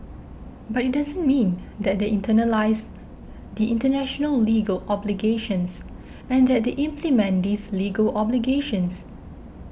but it doesn't mean that they internalise the international legal obligations and that they implement these legal obligations